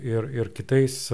ir ir kitais